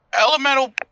elemental